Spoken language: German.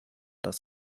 das